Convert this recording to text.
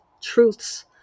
truths